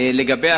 לגבי